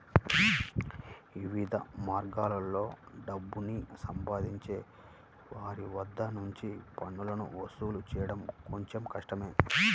వివిధ మార్గాల్లో డబ్బుని సంపాదించే వారి వద్ద నుంచి పన్నులను వసూలు చేయడం కొంచెం కష్టమే